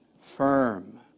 firm